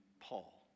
Paul